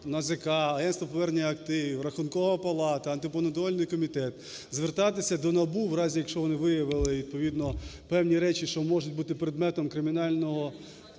НАЗК, Агентство повернення активів, Рахункова палата, Антимонопольний комітет – звертатися до НАБУ в разі, якщо вони виявили відповідно певні речі, що можуть бути предметом кримінального